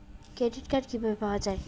Credit card কিভাবে পাওয়া য়ায়?